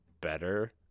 better